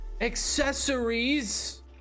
Accessories